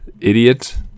idiot